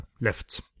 left